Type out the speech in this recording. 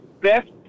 best